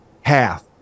half